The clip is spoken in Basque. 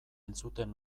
entzuten